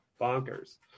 bonkers